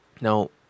Now